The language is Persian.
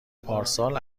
پارسال